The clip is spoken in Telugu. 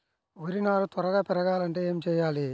వరి నారు త్వరగా పెరగాలంటే ఏమి చెయ్యాలి?